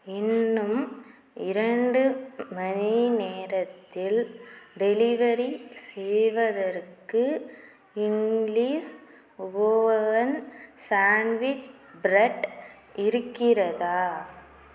இன்னும் இரண்டு மணி நேரத்தில் டெலிவெரி செய்வதற்கு இங்கிலீஷ் ஓவவன் சாண்ட்விச் பிரெட் இருக்கிறதா